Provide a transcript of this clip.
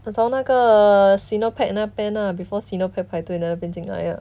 我从那个 sinopec 那边 lah before sinopec 排队的那边进来 lah